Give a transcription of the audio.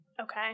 Okay